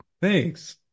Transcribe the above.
Thanks